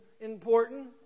important